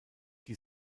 die